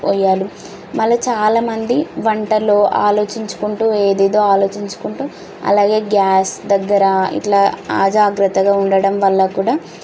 పొయ్యాలి మళ్ళీ చాలామంది వంటలు ఆలోచించుకుంటూ ఏదేదో ఆలోచించుకుంటూ అలాగే గ్యాస్ దగ్గర ఇట్లా అజాగ్రత్తగా ఉండటం వల్ల కూడా